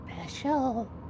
special